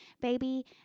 baby